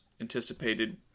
anticipated